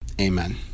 Amen